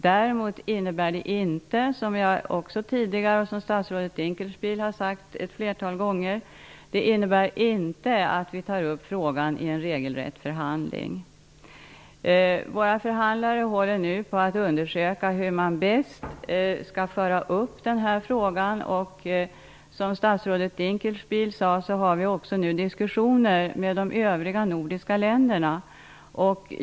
Precis som statsrådet Dinkelspiel har sagt flera gånger innebär detta inte att vi skall ta upp frågan vid en regelrätt förhandling. Våra förhandlare håller nu på att undersöka hur man bäst skall föra fram frågan. Som statsrådet Dinkelspiel sade, för vi diskussioner med de övriga nordiska länderna.